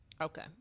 Okay